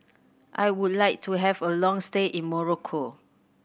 I would like to have a long stay in Morocco